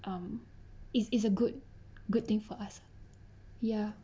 um it's it's a good good thing for us ya